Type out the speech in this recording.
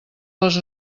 les